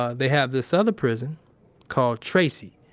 ah they have this other prison called tracy,